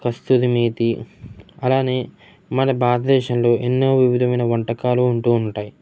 కస్తూరి మేతి అలానే మన భారతదేశంలో ఎన్నో వివిధమైన వంటకాలు ఉంటూ ఉంటాయి